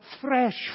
fresh